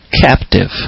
captive